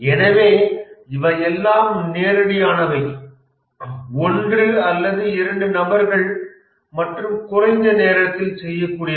எனவே இவை எல்லாம் நேரடியானவை ஒன்று அல்லது இரண்டு நபர்கள் மற்றும் குறைந்த நேரத்தில் செய்ய கூடியவை